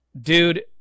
dude